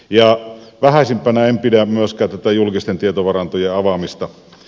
ja vähäisimpänä en pidä myöskään tätä julkisten tietovarantojen avaamista